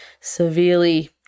severely